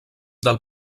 del